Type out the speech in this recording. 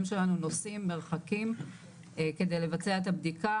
שלנו נוסעים מרחקים כדי לבצע את הבדיקה,